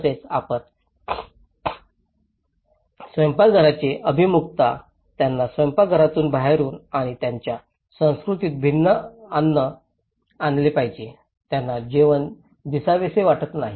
तसेच आता स्वयंपाकघरांचे अभिमुखता त्यांना स्वयंपाकघरातून बाहेरून आणि त्यांच्या संस्कृतीत अन्न आणले पाहिजे त्यांना जेवण दिसावेसे वाटत नाही